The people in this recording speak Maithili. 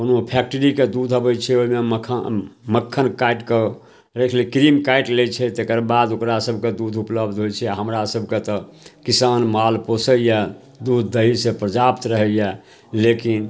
कोनो फैकटरीके दूध आबै छै ओहिमे मखा मक्खन काटिकऽ राखि लै क्रीम काटि लै छै तकर बाद ओकरासभके दूध उपलब्ध होइ छै आओर हमरासभके तऽ किसान माल पोसैए दूध दहीसे पर्याप्त रहैए लेकिन